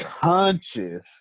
conscious